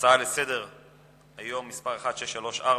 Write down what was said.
הצעה לסדר-היום מס' 1634,